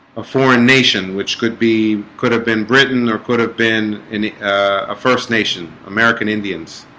a foreign nation, which could be could have been britain or could have been in a first nation american indians